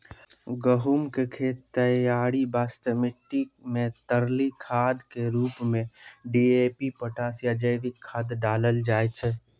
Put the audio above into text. गहूम के खेत तैयारी वास्ते मिट्टी मे तरली खाद के रूप मे डी.ए.पी पोटास या जैविक खाद डालल जाय छै